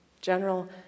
general